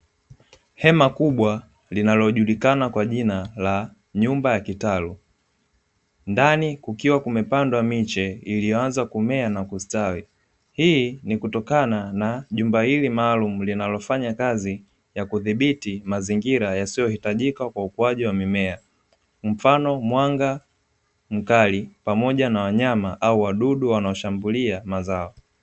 Hema kubwa linalojulikana kwa jina la nyumba ya kitalu, ndani kukiwa kumepandwa miche iliyoanza kumea na kustawi. Hii ni kutokana na jumba hili maalumu linalofanya kazi ya kudhibiti mazingira yasiyohitajika kwa ukuaji wa mimea; mfano mwanga mkali pamoja na wanyama au wadudu wanaoshambulia mazao.